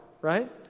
right